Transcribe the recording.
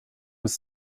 was